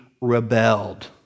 rebelled